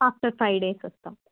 after five days వస్తాము